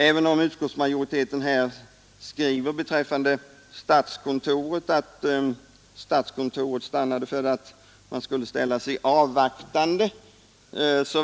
Även om utskottsmajoritetn här skriver att statskontoret stannat för att man skulle ställa sig avvaktande,